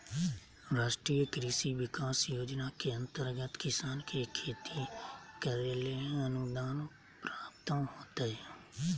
राष्ट्रीय कृषि विकास योजना के अंतर्गत किसान के खेती करैले अनुदान प्राप्त होतय